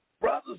Brothers